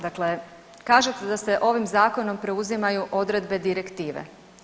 Dakle, kažete da se ovim zakonom preuzimaju odredbe direktive.